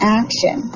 action